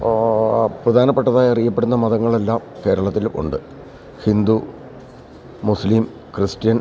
ഓ ഓ ഓ ഓ പ്രധാനപ്പെട്ടതായി അറിയപ്പെടുന്ന മതങ്ങൾ എല്ലാം കേരളത്തിൽ ഉണ്ട് ഹിന്ദു മുസ്ലിം ക്രിസ്ത്യൻ